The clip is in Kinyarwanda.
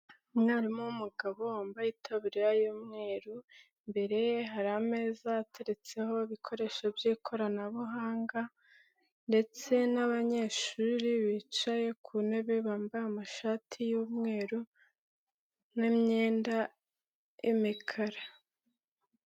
Umwarimu w'umugabo wambaye itaburiya y'umweru, imbere hari ameza ateretseho ibikoresho by'ikoranabuhanga ndetse n'abanyeshuri bicaye ku ntebe bambaye amashati y'umweru n'imyenda y'imikara.